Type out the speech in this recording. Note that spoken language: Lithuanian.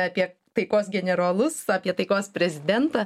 apie taikos generolus apie taikos prezidentą